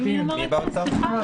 מי באוצר אמר את זה?